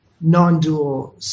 non-dual